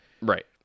Right